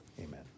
Amen